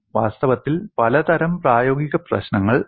വാസ്തവത്തിൽ പലതരം പ്രായോഗിക പ്രശ്നങ്ങൾ ഒരു